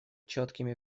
четкими